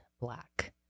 black